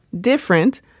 Different